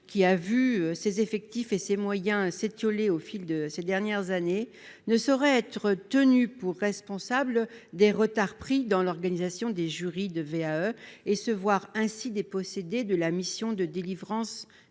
qui a vu ses effectifs et ses moyens s'étioler au fil des dernières années, ne saurait être tenu pour responsable des retards pris dans l'organisation des jurys de VAE et se voir dépossédé de la mission de délivrance